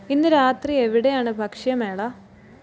ഇന്ന് രാത്രി എവിടെയാണ് ഭക്ഷ്യമേള